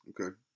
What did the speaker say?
Okay